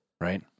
Right